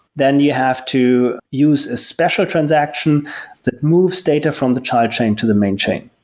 then you have to use a special transaction that moves data from the child chain to the main chain.